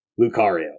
Lucario